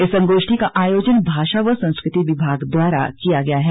इस संगोष्ठी का आयोजन भाषा व संस्कृति विभाग द्वारा किया गया है